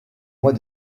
mois